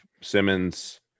Simmons